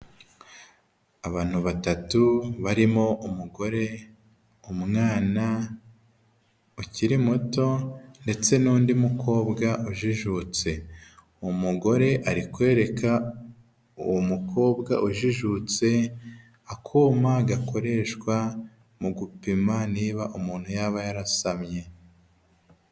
Abantu batatu barimo umugore, umwana ukiri muto, ndetse n'undi mukobwa ujijutse, umugore ari kwereka uwo mukobwa ujijutse akuma gakoreshwa mu gupima niba umuntu yaba yarasamye.